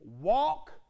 walk